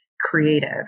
creative